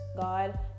god